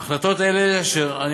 ההחלטות האלה,